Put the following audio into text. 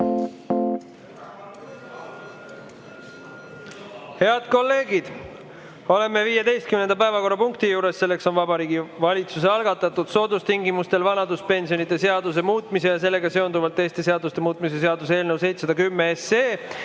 Head kolleegid, oleme 15. päevakorrapunkti juures: Vabariigi Valitsuse algatatud soodustingimustel vanaduspensionide seaduse muutmise ja sellega seonduvalt teiste seaduste muutmise seaduse eelnõu 710